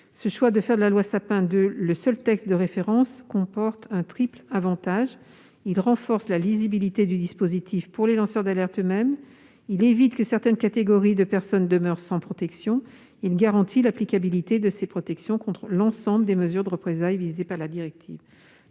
Ce choix de faire de la loi Sapin II le seul texte de référence présente un triple avantage : il renforce la lisibilité du dispositif pour les lanceurs d'alerte eux-mêmes, il évite que certaines catégories de personnes ne demeurent sans protection, et il garantit l'applicabilité des protections prévues contre l'ensemble des mesures de représailles visées par la directive.